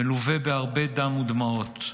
מלווה בהרבה דם ודמעות.